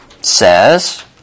says